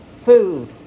food